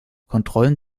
kontrollen